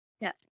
Yes